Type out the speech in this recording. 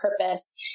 purpose